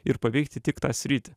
ir paveikti tik tą sritį